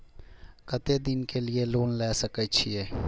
केते दिन के लिए लोन ले सके छिए?